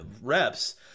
reps